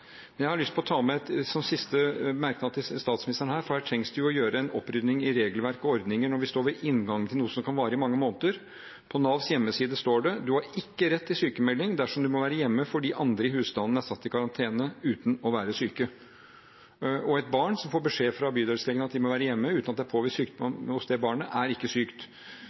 Jeg har lyst til å ta med en siste merknad til statsministeren her: Her trengs det jo at man gjør en opprydning i regelverk og ordninger, når vi står ved inngangen til noe som kan vare i mange måneder. På Navs hjemmeside står det: «Du har ikke rett til sykmelding dersom du må være hjemme fordi noen andre i husstanden er satt i karantene uten å være syke.» Et barn som får beskjed fra bydelslegen om å være hjemme uten at det er påvist sykdom hos det barnet, er ikke sykt.